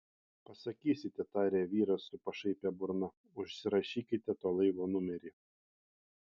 pasakysite tarė vyras su pašaipia burna užsirašykite to laivo numerį